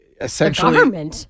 essentially